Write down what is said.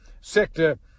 sector